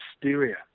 Hysteria